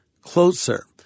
closer